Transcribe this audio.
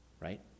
Right